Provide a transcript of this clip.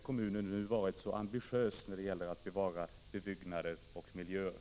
Finns det några bärande skäl för ett avslag på ansökan om politisk asyl?